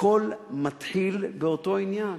הכול מתחיל באותו עניין.